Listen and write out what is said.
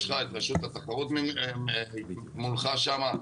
יש לך את רשות התחרות מולך שם,